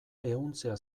ehuntzea